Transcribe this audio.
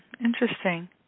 Interesting